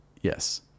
Yes